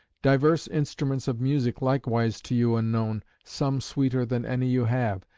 divers instruments of music likewise to you unknown, some sweeter than any you have,